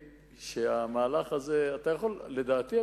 לדעתי,